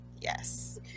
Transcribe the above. Yes